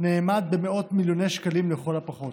נאמד במאות מיליוני שקלים לכל הפחות.